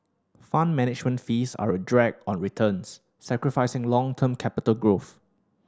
Fund Management fees are a drag on returns sacrificing long term capital growth